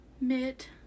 mitt